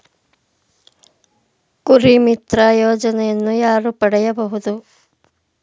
ಕುರಿಮಿತ್ರ ಯೋಜನೆಯನ್ನು ಯಾರು ಪಡೆಯಬಹುದು?